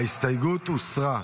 ההסתייגות הוסרה.